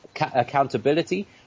accountability